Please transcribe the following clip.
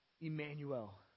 Emmanuel